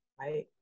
right